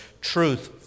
truth